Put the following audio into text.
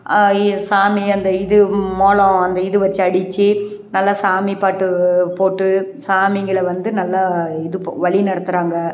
இ சாமி அந்த இது மேளம் அந்த இது வச்சு அடிச்சு நல்லா சாமி பாட்டு போட்டு சாமிங்களை வந்து நல்லா இது போ வழி நடத்துகிறாங்க